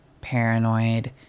paranoid